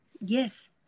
yes